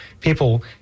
people